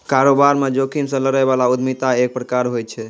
कारोबार म जोखिम से लड़ै बला उद्यमिता एक प्रकार होय छै